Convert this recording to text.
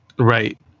right